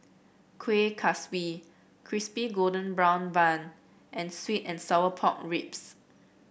Kueh Kaswi Crispy Golden Brown Bun and sweet and Sour Pork Ribs